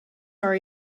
are